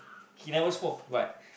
he never smoke but